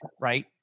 right